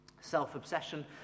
Self-obsession